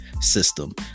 system